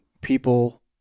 people